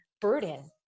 burden